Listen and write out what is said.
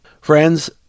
Friends